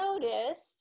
noticed